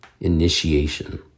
Initiation